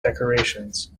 decorations